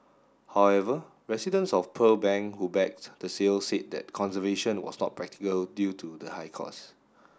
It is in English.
however residents of Pearl Bank who backed the sale said that conservation was not practical due to the high cost